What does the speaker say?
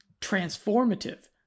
transformative